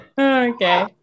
Okay